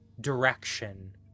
direction